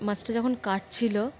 মাছটা যখন কাটছিল